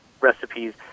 recipes